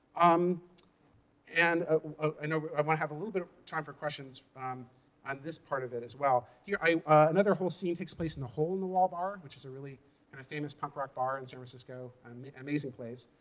um and ah i know i might have a little bit of time for questions on um and this part of it as well. yeah here, another whole scene takes place in the hole in the wall bar, which is a really and famous punk rock bar in san francisco, an amazing place.